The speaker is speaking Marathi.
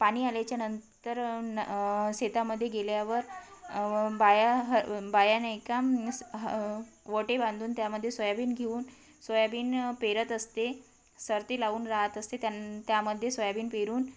पाणी आल्याच्यानंतर न शेतामध्ये गेल्यावर बाया बाया नाही का स् वटे बांधून त्यामध्ये सोयाबीन घेऊन सोयाबीन पेरत असते सरती लावून राहत असते त्यां त्यामध्ये सोयाबीन पेरून